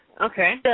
Okay